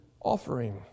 offering